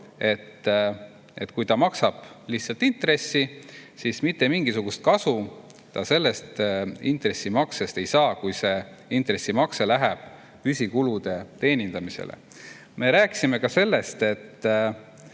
et kui ta maksab lihtsalt intressi, siis mitte mingisugust kasu ta sellest intressimaksest ei saa, kui see läheb püsikulude teenindamiseks.Me rääkisime ka sellest, et